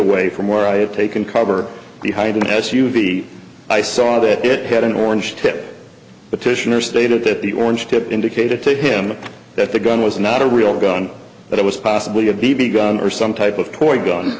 away from where i had taken cover behind an s u v i saw that it had an orange hit petitioner stated that the orange tip indicated to him that the gun was not a real gun but it was possibly a b b gun or some type of toy gun